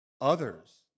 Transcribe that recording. others